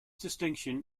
distinction